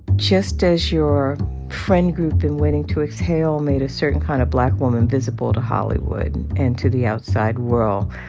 just as your friend group in waiting to exhale made a certain kind of black woman visible to hollywood and to the outside world,